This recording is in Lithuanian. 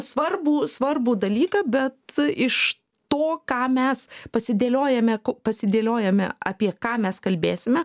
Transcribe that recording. svarbų svarbų dalyką bet iš to ką mes pasidėliojame pasidėliojame apie ką mes kalbėsime